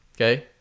okay